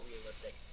realistic